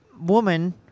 woman